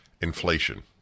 Inflation